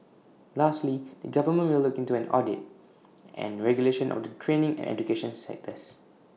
lastly the government will look into an audit and regulation of the training and education sectors